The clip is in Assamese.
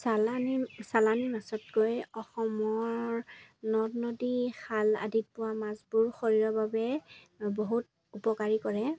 চালানী চালানী মাছতকৈ অসমৰ নদ নদী খাল আদিত পোৱা মাছবোৰ শৰীৰৰ বাবে বহুত উপকাৰী কৰে